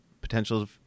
potential